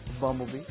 Bumblebee